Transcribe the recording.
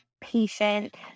patient